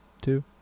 Two